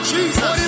Jesus